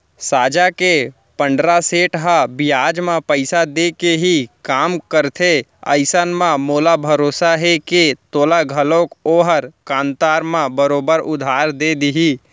साजा के पंडरा सेठ ह बियाज म पइसा देके ही काम करथे अइसन म मोला भरोसा हे के तोला घलौक ओहर कन्तर म बरोबर उधार दे देही